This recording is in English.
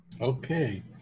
Okay